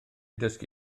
dysgu